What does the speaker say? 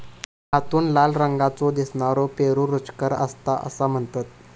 आतून लाल रंगाचो दिसनारो पेरू रुचकर असता असा म्हणतत